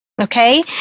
Okay